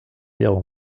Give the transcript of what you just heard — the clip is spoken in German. währung